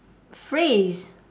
phrase